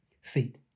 feet